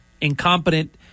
incompetent